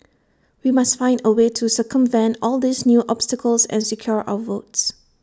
we must find A way to circumvent all these new obstacles and secure our votes